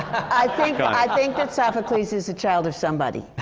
i think ah i think that sophocles is a child of somebody.